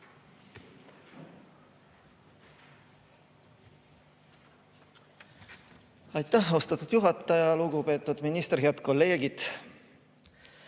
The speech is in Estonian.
Aitäh, austatud juhataja! Lugupeetud minister! Head kolleegid!